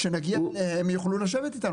כשנגיע אליהם הם יוכלו לשבת איתנו,